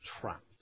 trapped